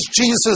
Jesus